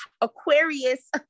Aquarius